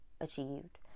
achieved